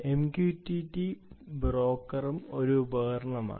MQTT ബ്രോക്കറും ഒരു ഉപകരണമാണ്